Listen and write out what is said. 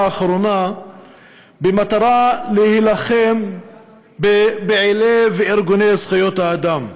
האחרונה במטרה להילחם בפעילי וארגוני זכויות האדם.